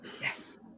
yes